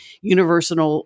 universal